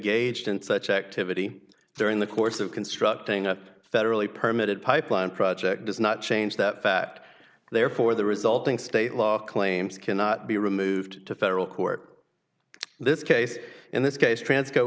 in such activity during the course of constructing a federally permitted pipeline project does not change that fact therefore the resulting state law claims cannot be removed to federal court this case in this case tran